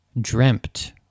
dreamt